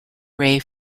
ray